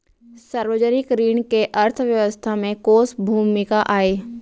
सार्वजनिक ऋण के अर्थव्यवस्था में कोस भूमिका आय?